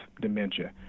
dementia